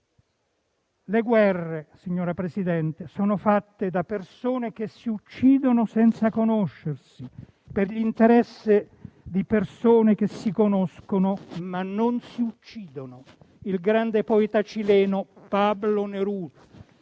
«Le guerre - signor Presidente - sono fatte da persone che si uccidono senza conoscersi, per l'interesse di persone che si conoscono ma che non si uccidono», come scrisse il grande poeta cileno Pablo Neruda.